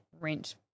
rent